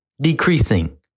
decreasing